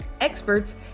experts